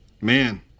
man